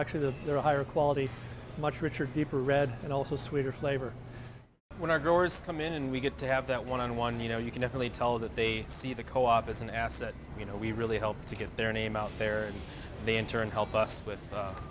are higher quality much richer deeper red and also sweeter flavor when our growers come in and we get to have that one on one you know you can definitely tell that they see the co op as an asset you know we really help to get their name out there and they in turn help us with